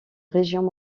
régions